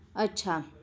अच्छा